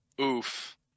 Oof